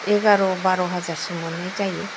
एगार' बार' हाजारसो मोननाय जायो